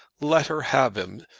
let her have him.